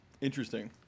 Interesting